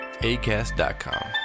ACAST.com